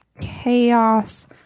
chaos